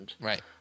Right